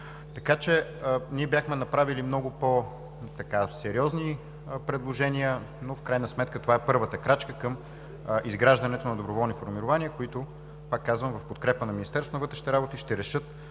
Така че ние бяхме направили много сериозни предложения, но в крайна сметка това е първата крачка към изграждането на доброволни формирования, които, пак казвам, в подкрепа на Министерството на вътрешните работи ще решат